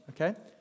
Okay